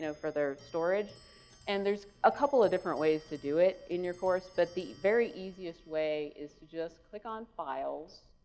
for their storage and there is a couple of different ways to do it in your course, but the very easiest way is to just click on files